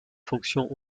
fonctions